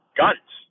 guns